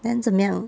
then 怎么样